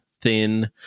thin